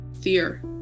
fear